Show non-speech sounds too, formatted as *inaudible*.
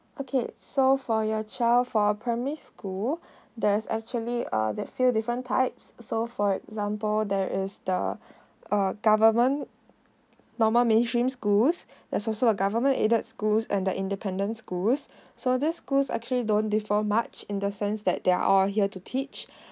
okay so for your child for primary school *breath* there's actually a the few different types so for example there is the *breath* uh government normal mainstream schools *breath* there's also a government aided schools and the independence schools *breath* so these schools actually don't differ much in the sense that they're all here to teach *breath*